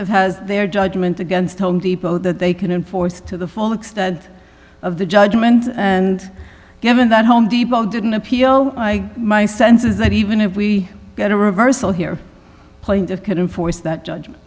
f has their judgment against home depot that they can enforce to the full extent of the judgement and given that home depot didn't appeal my sense is that even if we get a reversal here playing that couldn't force that judgment